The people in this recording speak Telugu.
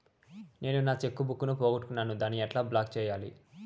నేను నా చెక్కు బుక్ ను పోగొట్టుకున్నాను దాన్ని ఎట్లా బ్లాక్ సేయాలి?